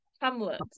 Hamlet